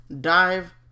dive